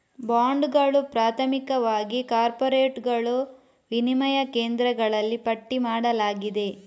ಬಾಂಡುಗಳು, ಪ್ರಾಥಮಿಕವಾಗಿ ಕಾರ್ಪೊರೇಟುಗಳು, ವಿನಿಮಯ ಕೇಂದ್ರಗಳಲ್ಲಿ ಪಟ್ಟಿ ಮಾಡಲಾಗಿದೆ